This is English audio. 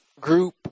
group